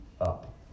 up